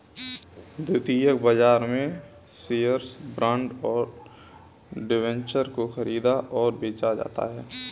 द्वितीयक बाजार में शेअर्स, बॉन्ड और डिबेंचर को ख़रीदा और बेचा जाता है